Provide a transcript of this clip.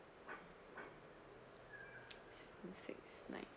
six six nine